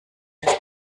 das